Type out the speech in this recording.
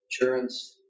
insurance